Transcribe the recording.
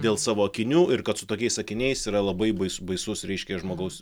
dėl savo akinių ir kad su tokiais akiniais yra labai bais baisus reiškia žmogaus